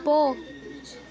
போ